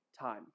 time